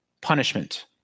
punishment